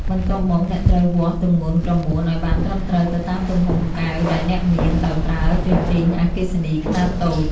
បន្ទាប់មក អ្នកត្រូវវាស់ទម្ងន់ក្រមួនឱ្យបានត្រឹមត្រូវទៅតាមទំហំកែវដែលអ្នកមាន ដោយប្រើជញ្ជីងអគ្គិសនីខ្នាតតូច។